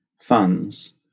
funds